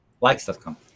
likes.com